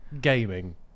gaming